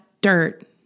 Dirt